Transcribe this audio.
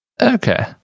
okay